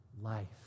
life